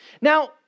Now